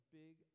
big